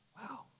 Wow